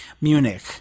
munich